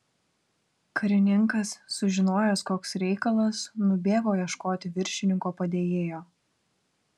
karininkas sužinojęs koks reikalas nubėgo ieškoti viršininko padėjėjo